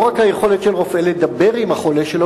לא רק היכולת של רופא לדבר עם החולה שלו אלא